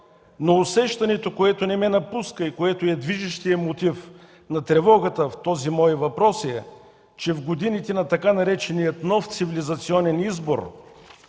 но усещането, което не ме напуска и което е движещият мотив на тревогата в този мой въпрос, е, че в годините на така наречения „нов цивилизационен избор”,